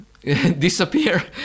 disappear